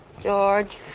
George